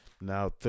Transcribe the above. Now